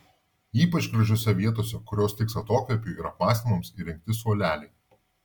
ypač gražiose vietose kurios tiks atokvėpiui ir apmąstymams įrengti suoleliai